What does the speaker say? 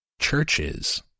churches